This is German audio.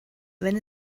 wenn